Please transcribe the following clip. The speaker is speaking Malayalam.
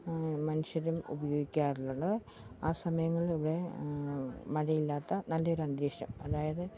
മനുഷ്യരും ഉപയോഗിക്കാറുള്ളത് ആ സമയങ്ങളിലൊക്കെ മഴയില്ലാത്ത നല്ലൊരന്തരീക്ഷം അതായത്